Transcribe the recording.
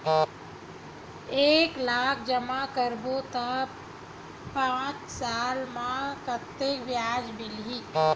एक लाख जमा करबो त पांच साल म कतेकन ब्याज मिलही?